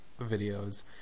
videos